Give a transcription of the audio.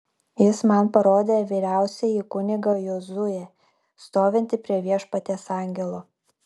jis man parodė vyriausiąjį kunigą jozuę stovintį prie viešpaties angelo